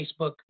Facebook